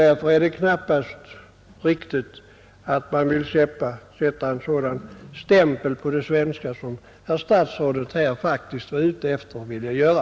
Därför är det knappast riktigt att sätta en sådan stämpel på det svenska jordbruket sora jordbruksministern faktiskt här var ute efter att vilja göra.